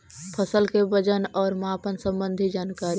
फसल के वजन और मापन संबंधी जनकारी?